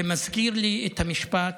זה מזכיר לי את המשפט